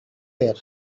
there